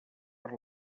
per